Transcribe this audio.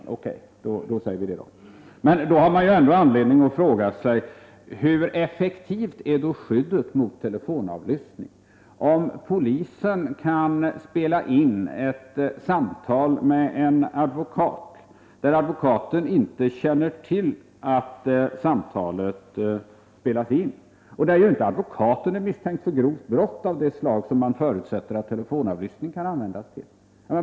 Då säger vi det. Men man har ändå anledning att fråga: Hur effektivt är skyddet mot telefonavlyssning, om polisen kan spela in ett telefonsamtal med en advokat, där advokaten inte känner till att samtalet spelas in och där advokaten inte är misstänkt för grova brott av det slag som är en förutsättning för telefonavlyssning?